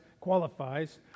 qualifies